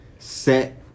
Set